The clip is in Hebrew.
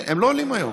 הם לא עולים היום.